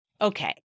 Okay